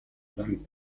sankt